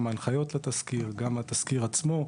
גם ההנחיות לתסקיר, גם התסקיר עצמו.